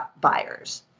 buyers